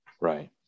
right